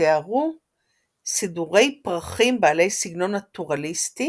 שתיארו סידורי פרחים בעלי סגנון נטורליסטי